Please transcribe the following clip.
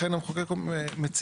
לכן המתכנן מציע,